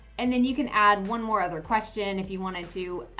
and then you can add one more other question if you wanted to,